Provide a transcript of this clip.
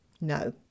No